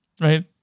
right